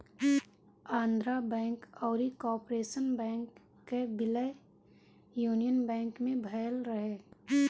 Andhra bank अउरी corporation bank कअ विलय यूनियन बैंक में भयल रहे